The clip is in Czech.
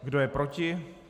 Kdo je proti?